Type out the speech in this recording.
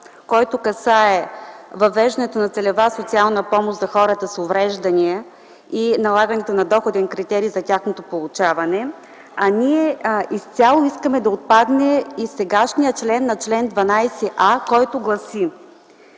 който касае въвеждането на целева социална помощ за хора с увреждания и налагането на доходен критерий за тяхното получаване, а ние изцяло искаме да отпадне и сегашния чл. 12а, който гласи: